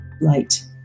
light